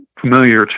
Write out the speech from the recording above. familiar